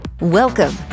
Welcome